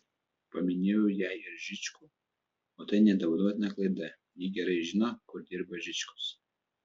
paminėjau jai ir žičkų o tai nedovanotina klaida ji gerai žino kur dirba žičkus